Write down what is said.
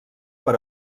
per